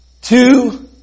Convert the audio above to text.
two